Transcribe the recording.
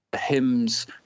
hymns